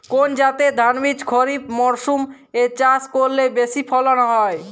কোন জাতের ধানবীজ খরিপ মরসুম এ চাষ করলে বেশি ফলন হয়?